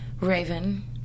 Raven